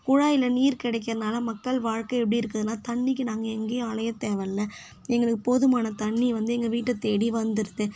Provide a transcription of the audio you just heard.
குழாயில் நீர் கெடைக்கிறதுனால மக்கள் வாழ்க்கை எப்படி இருக்குதுனா தண்ணிக்கு நாங்கள் எங்கேயும் அலைய தேவை இல்லை எங்களுக்கு போதுமான தண்ணி வந்து எங்கள் வீட்டை தேடி வந்துடுது